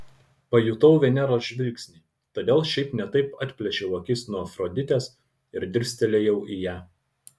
pajutau veneros žvilgsnį todėl šiaip ne taip atplėšiau akis nuo afroditės ir dirstelėjau į ją